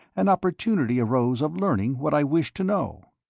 an opportunity arose of learning what i wished to know.